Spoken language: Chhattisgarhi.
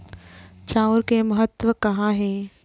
चांउर के महत्व कहां हे?